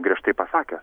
griežtai pasakęs